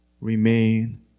Remain